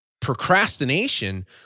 procrastination